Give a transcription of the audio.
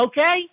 okay